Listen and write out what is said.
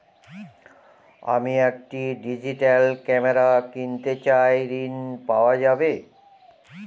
আমি একটি digital camera কিনতে চাই ঝণ পাওয়া যাবে?